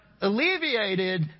alleviated